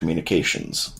communications